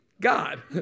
God